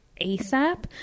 ASAP